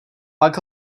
pak